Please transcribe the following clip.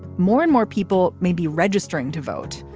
more and more people may be registering to vote,